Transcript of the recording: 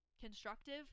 constructive